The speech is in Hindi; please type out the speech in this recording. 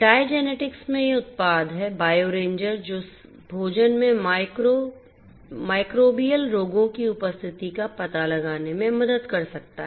डायजेनेटिक्स में यह उत्पाद है बायो रेंजर जो भोजन में माइक्रोबियल रोगों की उपस्थिति का पता लगाने में मदद कर सकता है